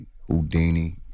Houdini